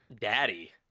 Daddy